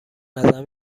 نظر